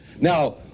Now